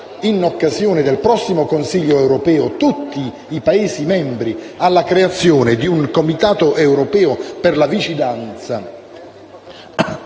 in occasione del prossimo Consiglio europeo, tutti i Paesi membri alla creazione di un comitato europeo per la vigilanza